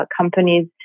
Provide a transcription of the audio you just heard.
companies